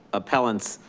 appellants